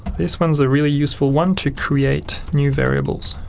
this one is a really useful one to create new variables.